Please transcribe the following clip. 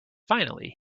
finally